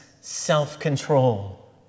self-control